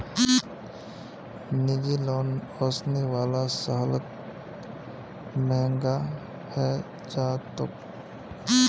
निजी लोन ओसने वाला सालत महंगा हैं जातोक